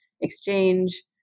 exchange